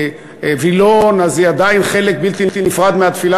לווילון היא עדיין חלק בלתי נפרד מהתפילה,